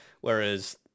whereas